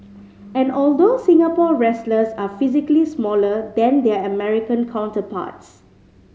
and although Singapore wrestlers are physically smaller than their American counterparts